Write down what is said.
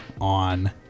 on